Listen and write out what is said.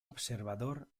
observador